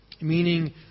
meaning